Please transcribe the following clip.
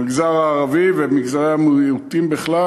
במגזר הערבי ובמגזרי המיעוטים בכלל,